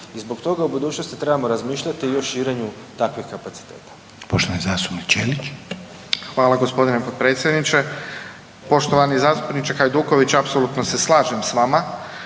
I zbog toga u budućnosti trebamo razmišljati i o širenju takvih kapaciteta.